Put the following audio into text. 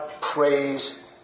praise